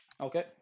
Okay